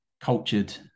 cultured